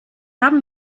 haben